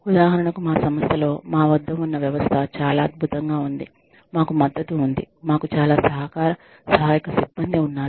ఉదాహరణకు మా సంస్థ లో మా వద్ద ఉన్న వ్యవస్థ చాలా అద్భుతంగా ఉంది మాకు మద్దతు ఉంది మాకు చాలా సహకార సహాయక సిబ్బంది ఉన్నారు